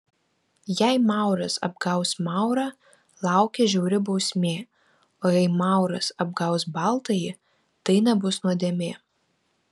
jei mauras apgaus maurą laukia žiauri bausmė o jei mauras apgaus baltąjį tai nebus nuodėmė